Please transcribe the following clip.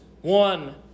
one